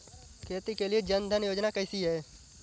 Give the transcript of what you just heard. खेती के लिए जन धन योजना कैसी है?